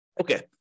Okay